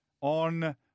On